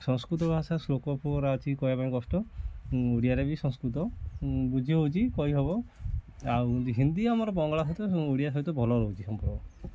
ସଂସ୍କୃତ ଭାଷା ଶ୍ଲୋକ ଫ୍ଲୋକ ଗୁରା ଅଛି କହିବା ପାଇଁ କଷ୍ଟ ଓଡ଼ିଆରେ ବି ସଂସ୍କୃତ ବୁଝି ହେଉଛି କହି ହବ ଆଉ ହିନ୍ଦୀ ଆମର ବଙ୍ଗଳା ସହିତ ଓଡ଼ିଆ ସହିତ ଭଲ ରହୁଛି ସମ୍ପର୍କ